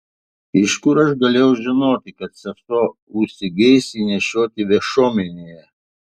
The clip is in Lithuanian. iš kur aš galėjau žinoti kad sesuo užsigeis jį nešioti viešuomenėje